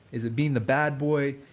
is it being the bad boy?